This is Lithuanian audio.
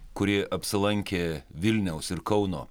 kuri apsilankė vilniaus ir kauno